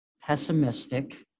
pessimistic